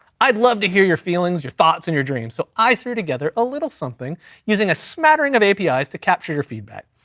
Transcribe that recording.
i'd love to hear your feelings, your thoughts, and your dreams. so i threw together a little something using a smattering of api's to capture your feedback.